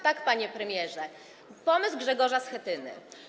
Tak, panie premierze, to pomysł Grzegorza Schetyny.